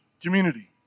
community